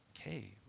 Okay